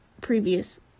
previous